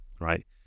right